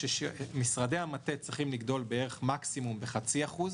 שמשרדי המטה צריכים לגדול מקסימום בחצי אחוז,